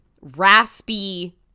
raspy